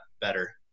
better